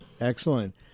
Excellent